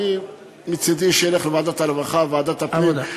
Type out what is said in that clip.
מצדי שילך לוועדת הרווחה, לוועדת הפנים.